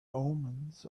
omens